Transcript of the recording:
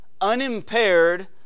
unimpaired